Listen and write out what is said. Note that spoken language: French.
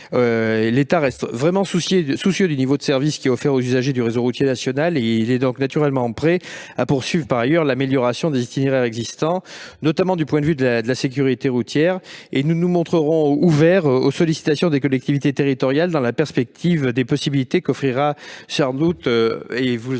L'État reste par ailleurs soucieux du niveau de service qui est offert aux usagers du réseau routier national ; il est donc naturellement prêt à poursuivre l'amélioration des itinéraires existants, notamment du point de vue de la sécurité routière. Nous nous montrerons ouverts aux sollicitations des collectivités territoriales dans la perspective des possibilités qu'offrira sans doute le